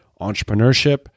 entrepreneurship